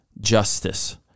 justice